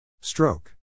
Stroke